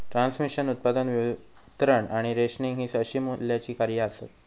transmission, उत्पादन, वितरण आणि रेशनिंग हि अशी मूल्याची कार्या आसत